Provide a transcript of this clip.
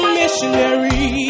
missionary